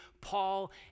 Paul